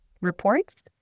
reports